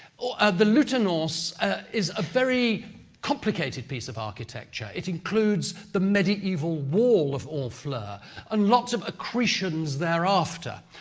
the lieutenance is a very complicated piece of architecture, it includes the medieval wall of of honfleur and lots of accretions thereafter.